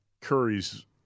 Curry's